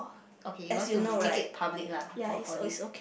okay you want to make it public lah for for this